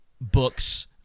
books